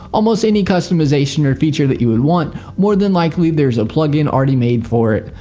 almost any customization or feature that you would want more than likely there is a plugin already made for it.